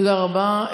תודה רבה.